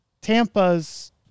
Tampa's